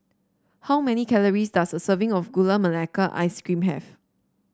how many calories does a serving of Gula Melaka Ice Cream have